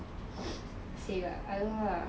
same ah I don't know lah